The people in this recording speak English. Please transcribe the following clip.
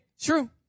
True